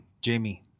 Jamie